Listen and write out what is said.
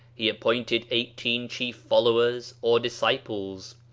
he appointed eighteen chief followers or disciples,